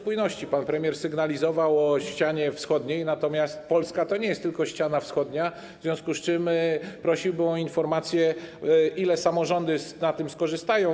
Pan premier sygnalizował coś o ścianie wschodniej, natomiast Polska to nie jest tylko ściana wschodnia, w związku z czym prosiłbym o informację, ile samorządy na tym skorzystają.